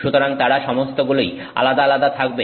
সুতরাং তারা সমস্তগুলোই আলাদা আলাদা থাকবে